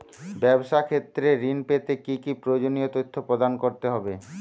ব্যাবসা ক্ষেত্রে ঋণ পেতে কি কি প্রয়োজনীয় তথ্য প্রদান করতে হবে?